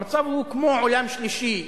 המצב הוא כמו עולם שלישי,